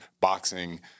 boxing